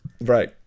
Right